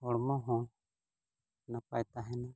ᱦᱚᱲᱢᱚ ᱦᱚᱸ ᱱᱟᱯᱟᱭ ᱛᱟᱦᱮᱱᱟ